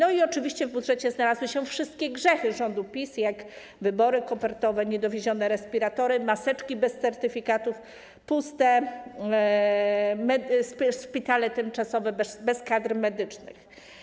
Oczywiście w budżecie znalazły się też wszystkie grzechy rządu PiS, jak wybory kopertowe, niedowiezione respiratory, maseczki bez certyfikatów, puste szpitale tymczasowe bez kadr medycznych.